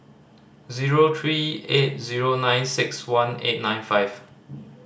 zero three eight zero nine six one eight nine five